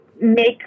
make